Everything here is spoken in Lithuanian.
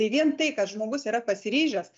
tai vien tai kad žmogus yra pasiryžęs